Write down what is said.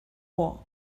war